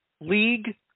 League